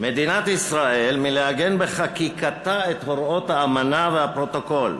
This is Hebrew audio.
מדינת ישראל מלעגן בחקיקתה את הוראות האמנה והפרוטוקול.